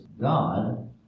God